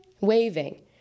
waving